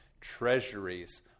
treasuries